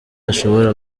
ashobora